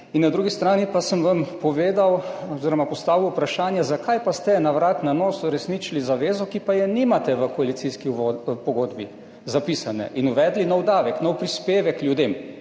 Na drugi strani pa sem vam postavil vprašanje, zakaj pa ste na vrat na nos uresničili zavezo, ki pa je nimate v koalicijski pogodbi zapisane, in uvedli nov davek, nov prispevek ljudem,